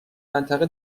منطقه